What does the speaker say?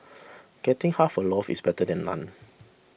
getting half a loaf is better than none